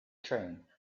train